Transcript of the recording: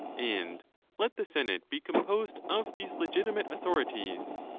and let the senate be composed of these legitimate authorities.